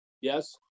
yes